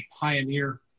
pioneer